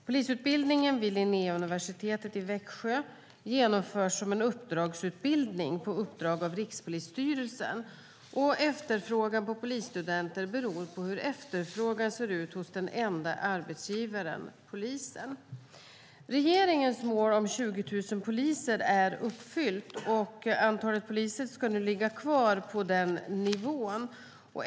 Polisutbildningen vid Linnéuniversitetet i Växjö genomförs som en uppdragsutbildning på uppdrag av Rikspolisstyrelsen, och efterfrågan på polisstudenter beror på hur efterfrågan ser ut hos den enda arbetsgivaren, polisen. Regeringens mål om 20 000 poliser är uppfyllt, och antalet poliser ska nu ligga kvar på den nivån.